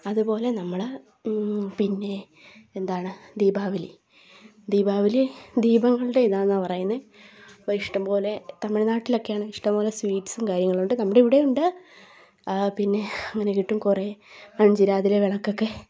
അതുപോലെ നമ്മൾ പിന്നെ എന്താണ് ദീപാവലി ദീപാവലി ദീപങ്ങളുടെ ഇതാന്ന പറയുന്നത് അപ്പോൾ ഇഷ്ടംപോലെ തമിഴ്നാട്ടിലൊക്കെയാണ് ഇഷ്ടംപോലെ സ്വീറ്റ്സും കാര്യങ്ങളുണ്ട് നമ്മുടെ ഇവിടെയും ഉണ്ട് പിന്നെ അങ്ങനെ കിട്ടും കുറെ മൺചിരാതിലെ വിളക്കൊക്കെ